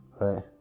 right